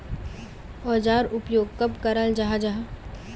औजार उपयोग कब कराल जाहा जाहा?